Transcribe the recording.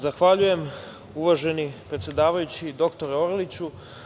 Zahvaljujem uvaženi predsedavajući, dr Orliću.